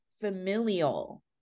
familial